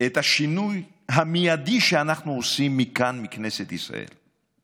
את השינוי המיידי שאנחנו עושים מכאן, מכנסת ישראל.